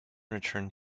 returned